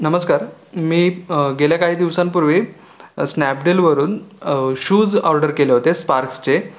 नमस्कार मी गेल्या काही दिवसांपूर्वी स्नॅपडीलवरून शूज ऑर्डर केले होते स्पार्क्सचे